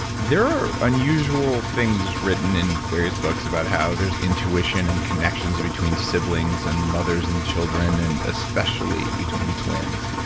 there are unusual things written in various books about how there's intuitions and connections between siblings and mothers and children and especially between twins.